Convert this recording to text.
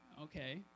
Okay